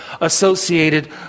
associated